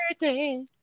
birthday